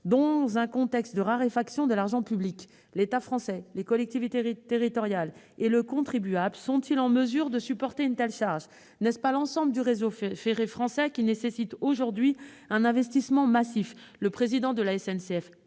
Dans un contexte de raréfaction de l'argent public, l'État français, les collectivités territoriales et le contribuable sont-ils en mesure de supporter une telle charge ? N'est-ce pas l'ensemble du réseau ferré français qui nécessite aujourd'hui un investissement massif ? Le président de la SNCF